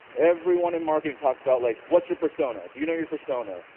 everyone in marketing talks about like what's your persona, do you know your persona,